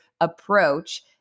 approach